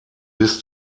bis